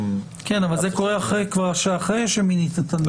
אבל זה קורה אחרי שמינית את הנאמן.